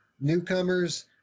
newcomers